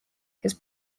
his